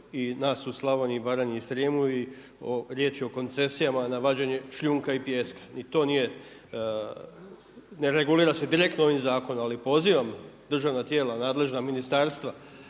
i nas u Slavoniji i Baranji i Srijemu, riječ je o koncesijama na vađenje šljunka i pijeska. Ni to nije, ne regulirali se direktno ovim zakonom ali pozivam državna tijela nadležna ministarstva